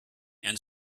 and